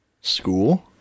school